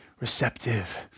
Receptive